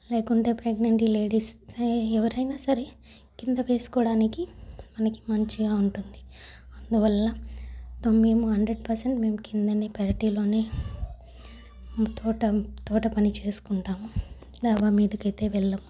లేకుంటే pregnant ladies ఎవరైనా సరే కింద వేసుకోడానికి మనకి మంచిగా ఉంటుంది అందువల్ల మేము హండ్రెడ్ పర్సెంట్ మేము కిందనే పెరటిలోనే ఈ తోట తోట పని చేసుకుంటాము డాబా మీదకైతే వెళ్ళము